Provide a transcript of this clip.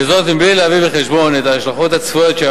בלי להביא בחשבון את ההשלכות הצפויות של